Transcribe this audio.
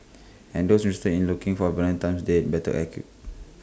and those interested in looking for A Valentine's date better act queue